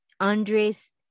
Andre's